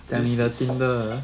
this is